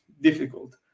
difficult